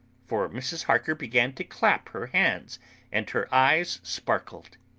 for mrs. harker began to clap her hands and her eyes sparkled.